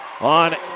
on